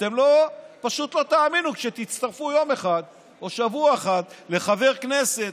אתם פשוט לא תאמינו כשתצטרפו יום אחד או שבוע אחד לחבר כנסת